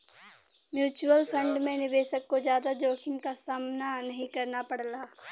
mutual fund में निवेशक को जादा जोखिम क सामना नाहीं करना पड़ला